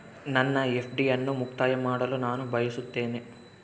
ನನ್ನ ಎಫ್.ಡಿ ಅನ್ನು ಮುಕ್ತಾಯ ಮಾಡಲು ನಾನು ಬಯಸುತ್ತೇನೆ